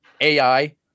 ai